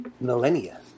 Millennia